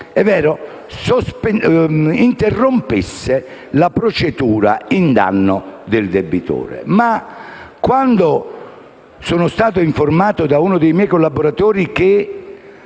giudice interrompesse la procedura in danno del debitore, ma sono stato informato da uno dei miei collaboratori che